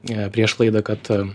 a prieš klaidą kad